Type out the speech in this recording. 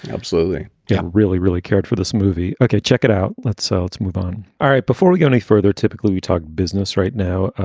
absolutely. yeah. really, really cared for this movie. okay. check it out. let's say let's move on. all right. before we go any further, typically we talk business right now.